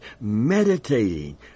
Meditating